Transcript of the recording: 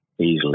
easily